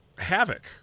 Havoc